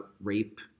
rape